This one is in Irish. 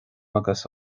agus